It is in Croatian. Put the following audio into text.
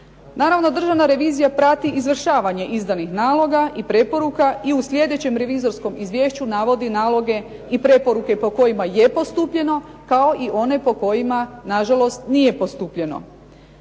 Naravno, Državna revizija prati izvršavanje izdanih naloga i preporuka i u sljedećem revizorskom izvješću navodi naloge i preporuke po kojima je postupljeno, kao i one po kojima nažalost nije postupljeno.